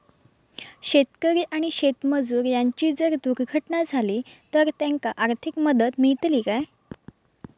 शेतकरी आणि शेतमजूर यांची जर दुर्घटना झाली तर त्यांका आर्थिक मदत मिळतली काय?